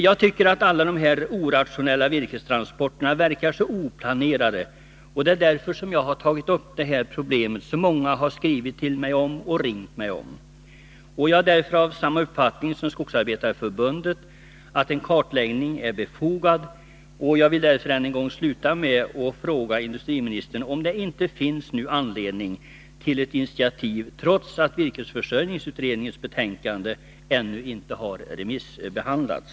Jag tycker att alla de här orationella virkestransporterna verkar vara så oplanerade, och det är därför jag har tagit upp problemet, som många har både skrivit och ringt till mig om. Jag har samma uppfattning som Skogsarbetareförbundet, nämligen att en kartläggning är befogad. Därför vill jag sluta med att än en gång fråga industriministern om det inte finns anledning till ett initiativ, trots att virkesförsörjningsutredningens betänkande ännu inte har remissbehandlats.